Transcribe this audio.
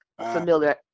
familiar